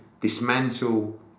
dismantle